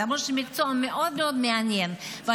למרות שהמקצוע מעניין מאוד,